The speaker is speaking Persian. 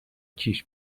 کیش